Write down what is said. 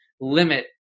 limit